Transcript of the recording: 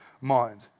mind